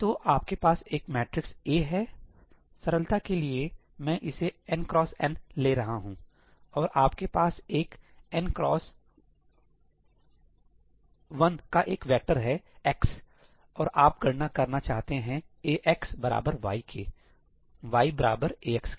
तो आपके पास एक मैट्रिक्स ए है सरलता के लिए मैं इसे एन क्रॉस एन ले रहा हूं और आपके पास एक एन क्रॉस वन का एक वेक्टर है एक्स है और आप गणना करना चाहते हैं Ax बराबर y के y बराबर Ax के